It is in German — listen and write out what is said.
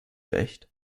recht